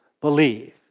believe